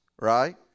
right